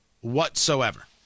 whatsoever